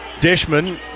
Dishman